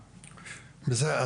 בסדר,